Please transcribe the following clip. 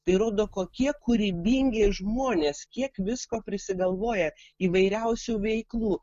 tai rodo kokie kūrybingi žmonės kiek visko prisigalvoja įvairiausių veiklų